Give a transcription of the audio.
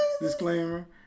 Disclaimer